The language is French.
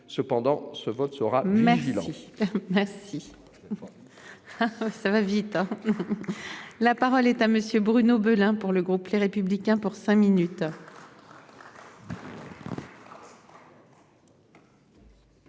Cependant ce vote sera même bilan. Si. Ça va vite. La parole est à monsieur Bruno Belin pour le groupe Les Républicains pour cinq minutes.